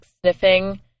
sniffing